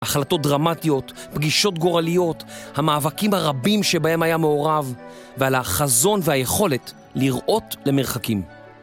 החלטות דרמטיות, פגישות גורליות, המאבקים הרבים שבהם היה מעורב ועל החזון והיכולת לראות למרחקים.